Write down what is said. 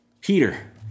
Peter